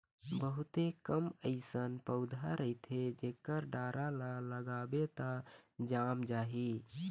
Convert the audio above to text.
बहुते कम अइसन पउधा रहिथे जेखर डारा ल लगाबे त जाम जाही